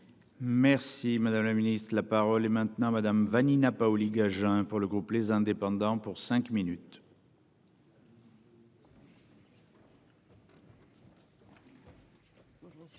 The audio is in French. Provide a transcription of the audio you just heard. Merci, madame la Ministre, la parole est maintenant Madame Vanina Paoli-Gagin pour le groupe les indépendants pour cinq minutes.